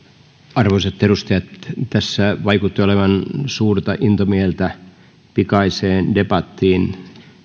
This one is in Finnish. arvoisat edustajat tässä vaikutti olevan suurta intomieltä pikaiseen debattiin